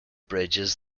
bridges